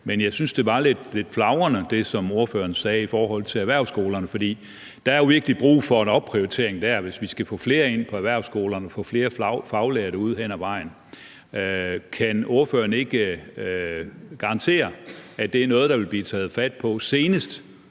men jeg synes, at det, ordføreren sagde om erhvervsskolerne, var lidt flagrende, for der er jo virkelig brug for en opdatering der, hvis vi skal få flere ind på erhvervsskolerne og få flere faglærte ud hen ad vejen. Kan ordføreren garantere, at det er noget, der vil blive taget fat på senest